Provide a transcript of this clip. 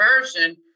version